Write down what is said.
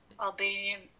Albanian